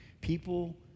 people